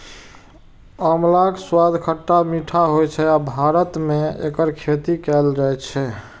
आंवलाक स्वाद खट्टा मीठा होइ छै आ भारत मे एकर खेती कैल जाइ छै